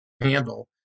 handle